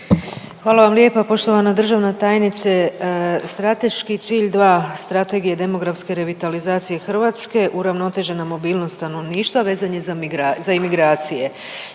Hvala vam lijepa. Poštovana državna tajnice strateški cilj dva demografske revitalizacije Hrvatske, uravnotežena mobilnost stanovništva vezan je za migr…